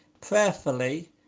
prayerfully